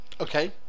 okay